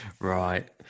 Right